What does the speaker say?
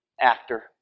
actor